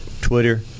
twitter